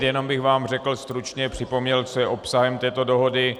Jenom bych vám řekl stručně, připomněl, co je obsahem této dohody.